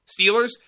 Steelers